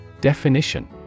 Definition